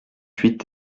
huit